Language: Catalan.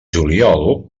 juliol